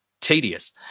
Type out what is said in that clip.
tedious